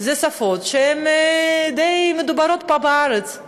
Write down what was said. אלה שפות שהן די מדוברות פה, בארץ,